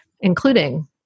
including